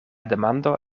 demando